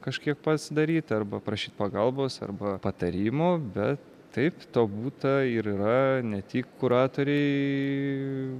kažkiek pats daryt arba prašyt pagalbos arba patarimo bet taip to būta ir yra ne tik kuratoriai